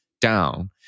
down